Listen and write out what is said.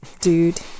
dude